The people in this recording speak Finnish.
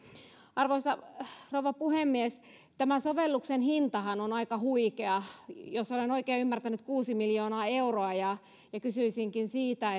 arvoisa rouva puhemies tämä sovelluksen hintahan on aika huikea jos olen oikein ymmärtänyt kuusi miljoonaa euroa ja ja kysyisinkin siitä